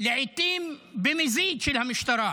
לעיתים במזיד של המשטרה